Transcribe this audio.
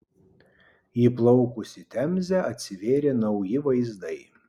įplaukus į temzę atsivėrė nauji vaizdai